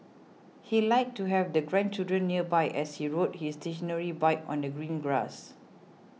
he liked to have the grandchildren nearby as he rode his stationary bike on the green grass